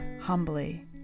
humbly